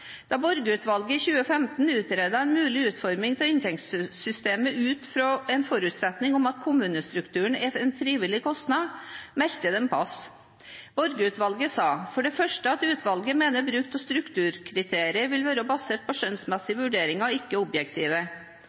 Da Borge-utvalget i 2015 utredet en mulig utforming av inntektssystemet ut fra en forutsetning om at kommunestrukturen er en frivillig kostnad, meldte de pass. Borge-utvalget sa at bruk av strukturkriterier vil være basert på skjønnsmessige vurderinger, ikke objektive